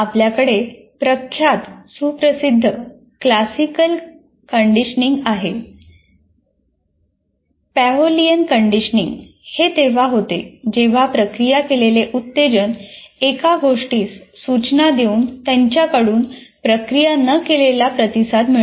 आपल्याकडे प्रख्यात सुप्रसिद्ध क्लासिकल ' हे तेव्हा होते जेव्हा प्रक्रिया केलेले उत्तेजन एका गोष्टीस सूचना देऊन त्यांच्याकडून प्रक्रिया न केलेला प्रतिसाद मिळवते